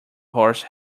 horse